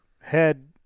head